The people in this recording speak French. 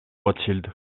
rothschild